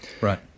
Right